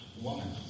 Woman